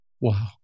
Wow